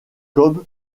kobe